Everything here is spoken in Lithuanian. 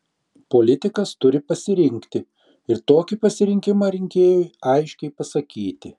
politikas turi pasirinkti ir tokį pasirinkimą rinkėjui aiškiai pasakyti